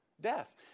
Death